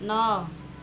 ନଅ